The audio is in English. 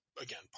again